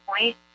point